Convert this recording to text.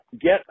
Get